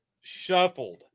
shuffled